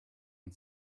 man